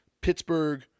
Pittsburgh